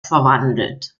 verwandelt